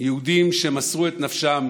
יהודים שמסרו את נפשם